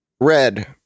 Red